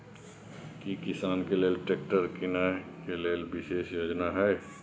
की किसान के लेल ट्रैक्टर कीनय के लेल विशेष योजना हय?